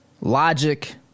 logic